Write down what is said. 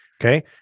Okay